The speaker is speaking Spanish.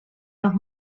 los